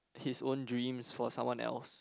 his own dreams for someone else